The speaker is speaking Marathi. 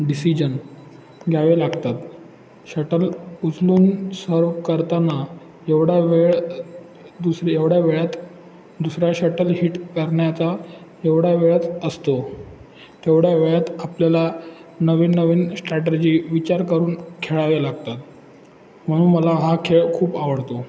डिसिजन घ्यावे लागतात शटल उचलून सर्व करताना एवढा वेळ दुसऱ्या एवढ्या वेळात दुसरा शटल हिट करण्याचा एवढा वेळच असतो तेवढ्या वेळात आपल्याला नवीन नवीन स्ट्रॅटर्जी विचार करून खेळावे लागतात म्हणून मला हा खेळ खूप आवडतो